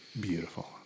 beautiful